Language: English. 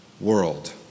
world